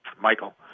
Michael